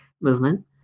movement